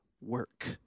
work